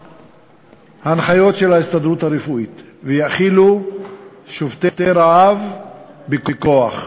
ההנחיות של ההסתדרות הרפואית ויאכילו שובתי רעב בכוח.